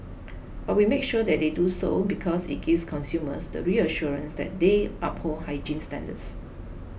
but we make sure that they do so because it gives consumers the reassurance that they uphold hygiene standards